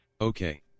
okay